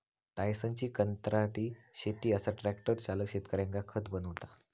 टायसनची कंत्राटी शेती असा ट्रॅक्टर चालक शेतकऱ्यांका खत बनवता